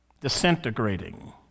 disintegrating